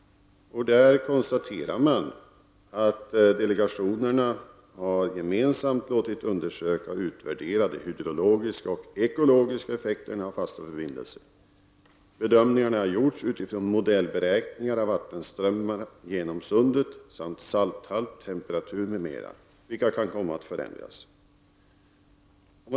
I rapporten konstaterar man att delegationerna har gemensamt låtit undersöka och utvärdera de hydrologiska och ekologiska effekterna av en fast förbindelse. Bedömningarna har gjorts utifrån modellberäkningar av vattenströmmar genom Sundet, salthalt, temperatur m.m. som kan komma att förändras.